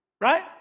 right